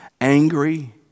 angry